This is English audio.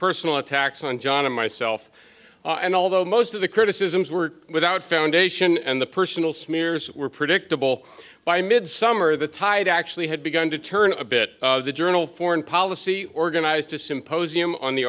personal attacks on john and myself and although most of the criticisms were without foundation and the personal smears were predictable by mid summer the tide actually had begun to turn a bit the journal foreign policy organized a symposium on the